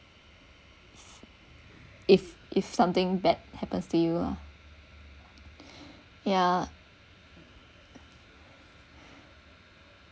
if if something bad happens to you lah yeah